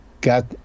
got